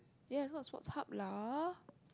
ya it's called Sports Hub lah